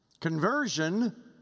Conversion